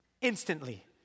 Instantly